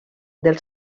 del